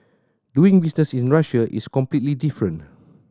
doing business in Russia is completely different